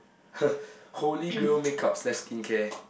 holy grail makeup slash skincare